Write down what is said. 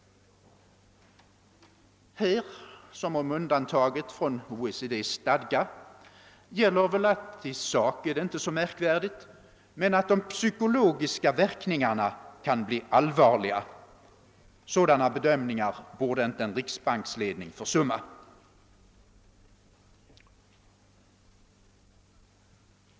Här, liksom om undantaget från OECD:s stadga, gäller väl att i sak är det inte så märkvärdigt, men de psykologiska verkningarna kan bli allvarliga. Sådana bedömningar borde inte en riksbanksledning försumma.